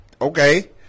okay